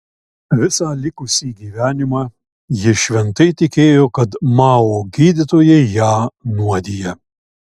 visą likusį gyvenimą ji šventai tikėjo kad mao gydytojai ją nuodija